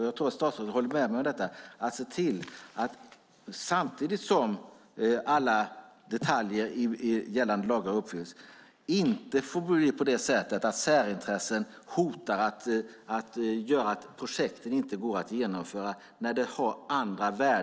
Jag tror att statsrådet håller med mig om att det därför är angeläget att se till att det, samtidigt som alla detaljer i gällande lagar uppfylls, inte får gå till på ett sådant sätt att projekten, när de har andra värden, inte går att genomföra på grund av särintressen.